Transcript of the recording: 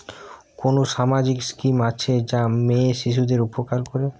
কোন সামাজিক স্কিম আছে যা মেয়ে শিশুদের উপকার করে?